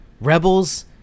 rebels